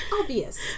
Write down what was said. Obvious